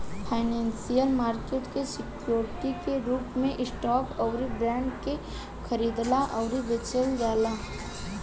financial market में security के रूप में स्टॉक अउरी बॉन्ड के खरीदल अउरी बेचल जाला